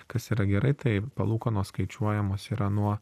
kas yra gerai tai palūkanos skaičiuojamos yra nuo